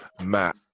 Matt